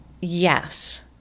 yes